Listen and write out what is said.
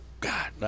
God